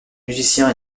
musiciens